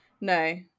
No